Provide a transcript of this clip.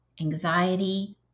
anxiety